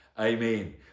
Amen